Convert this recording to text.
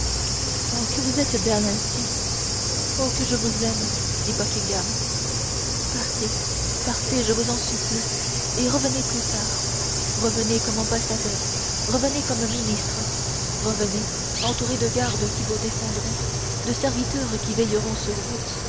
oh que vous êtes belle ainsi oh que je vous aime dit buckingham partez partez je vous en supplie et revenez plus tard revenez comme ambassadeur revenez comme ministre revenez entouré de gardes qui vous défendront de serviteurs qui veilleront sur vous